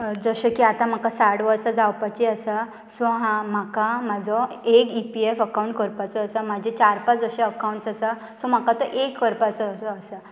जशें की आतां म्हाका साठ वर्सां जावपाची आसा सो हा म्हाका म्हाजो एक ईपीएफ अकावंट करपाचो आसा म्हाजे चार पांच अशे अकावंट्स आसा सो म्हाका तो एक करपाचो आसा